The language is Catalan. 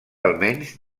almenys